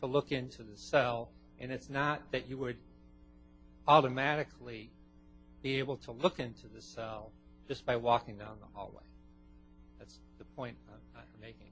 to look into this and it's not that you would automatically be able to look into the cell just by walking down the hallway the point i'm making